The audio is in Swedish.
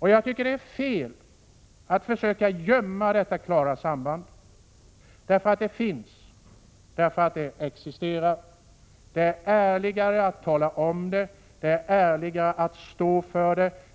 funnits. Jag tycker att det är fel att försöka gömma detta klara samband, eftersom det finns och existerar. Det är ärligare att tala om att det finns. Det är ärligare att stå för det.